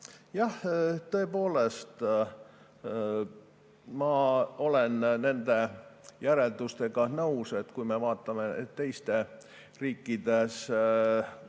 Jah, tõepoolest, ma olen nende järeldustega nõus. Kui me vaatame teistes riikides,